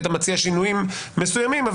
היית מציע שינויים מסוימים.